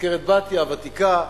מזכרת-בתיה הוותיקה.